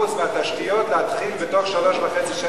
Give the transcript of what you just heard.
מהתשתיות להתחיל בתוך שלוש שנים וחצי,